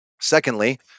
Secondly